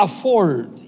afford